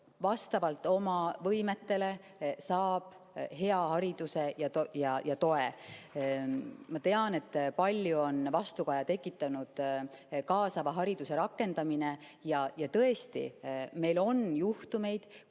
saab oma võimetele vastava hea hariduse ja toe. Ma tean, et palju on vastukaja tekitanud kaasava hariduse rakendamine, ja tõesti, meil on juhtumeid,